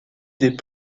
des